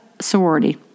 sorority